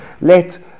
let